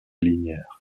linéaire